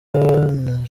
ranieri